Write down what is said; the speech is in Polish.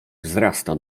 wzrasta